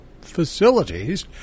facilities